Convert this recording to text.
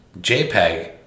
JPEG